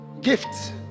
gifts